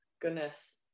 goodness